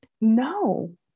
No